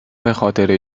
بخاطر